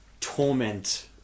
torment